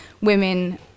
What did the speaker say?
women